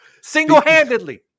Single-handedly